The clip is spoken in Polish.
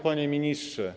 Panie Ministrze!